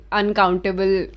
uncountable